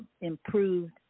improved